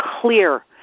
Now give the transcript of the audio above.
clear